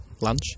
lunch